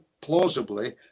plausibly